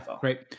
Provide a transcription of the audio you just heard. Great